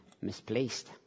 misplaced